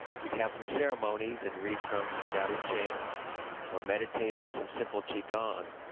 we'd have some ceremonies and read from the tao te ching or meditate or do some simple qigong,